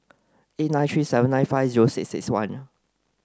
eight nine three seven nine five zero six six one